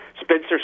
spencer